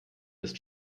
ist